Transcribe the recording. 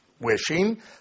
wishing